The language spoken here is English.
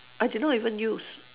I did not even use